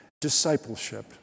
Discipleship